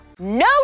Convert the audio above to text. No